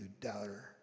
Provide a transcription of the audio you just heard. doubter